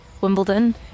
wimbledon